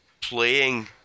playing